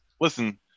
listen